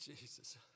Jesus